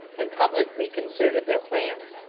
and publicly concerted their plans.